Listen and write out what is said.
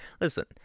listen